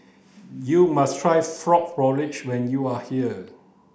you must try frog porridge when you are here